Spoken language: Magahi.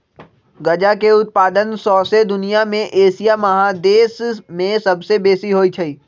गजा के उत्पादन शौसे दुनिया में एशिया महादेश में सबसे बेशी होइ छइ